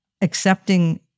accepting